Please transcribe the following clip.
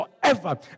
forever